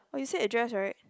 oh you said a dress [right]